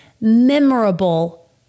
memorable